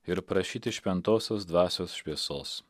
ir prašyti šventosios dvasios šviesos